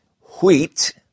wheat